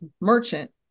merchant